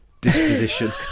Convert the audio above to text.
disposition